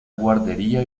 guardería